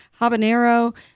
Habanero